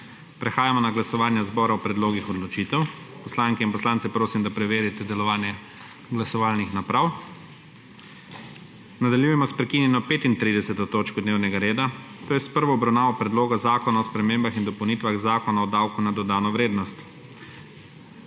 Prehajamo na glasovanje zbora o predlogih odločitev. Poslanke in poslance prosim, da preverijo delovanje glasovalnih naprav. Nadaljujemo sprekinjeno 35. točko dnevnega reda, to je s prvo obravnavo Predloga zakona o spremembah in dopolnitvah Zakona o davku na dodano vrednost.